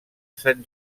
sant